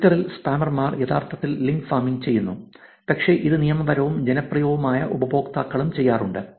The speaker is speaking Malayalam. ട്വിറ്ററിൽ സ്പാമർമാർ യഥാർത്ഥത്തിൽ ലിങ്ക് ഫാമിംഗ് ചെയ്യുന്നു പക്ഷേ ഇത് നിയമപരവും ജനപ്രിയവുമായ ഉപയോക്താക്കളും ചെയ്യാറുണ്ട്